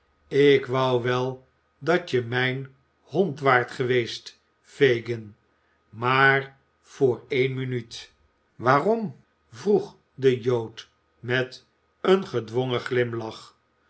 ik wou wel dat je mijn hond waart geweest fagin maar voor een minuut waarom vroeg de jood met een gedwongen glimlach